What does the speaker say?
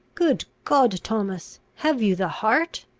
good god, thomas! have you the heart?